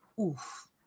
Oof